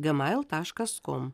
gmail taškas kom